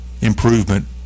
improvement